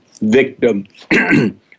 victim